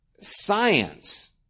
science